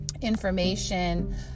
information